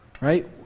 right